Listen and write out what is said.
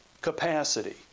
capacity